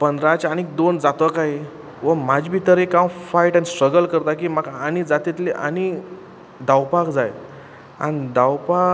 पंदराचे आनीक दोन जातो कांय वो म्हाजे भितर हांव फायट आनी स्ट्रगल करतां की म्हाका आनी जात तितले आनी धांवपाक जाय आनी धांवपा